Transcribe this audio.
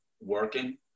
working